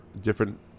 different